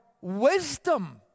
wisdom